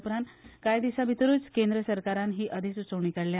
उपरांत कांय दिसा भितरूच केंद्र सरकारान ही अधिसुचोवणी काडल्या